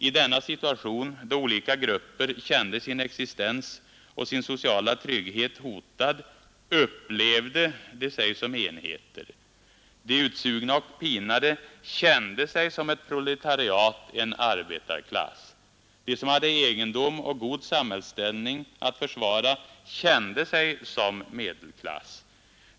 I denna situation, då olika grupper kände sin existens och sin sociala trygghet hotad, upplevde de sig som enheter. De utsugna och pinade kände sig som ett proletariat, en arbetarklass. De som hade egendom och god samhällsställning att försvara kände sig som medelklass.